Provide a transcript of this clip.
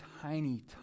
tiny